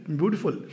beautiful